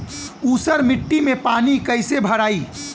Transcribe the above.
ऊसर मिट्टी में पानी कईसे भराई?